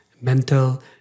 mental